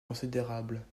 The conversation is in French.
considérables